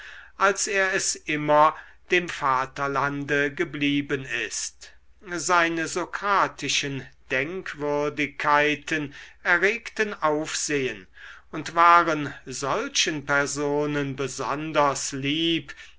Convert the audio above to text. als er es immer dem vaterlande geblieben ist seine sokratischen denkwürdigkeiten erregten aufsehen und waren solchen personen besonders lieb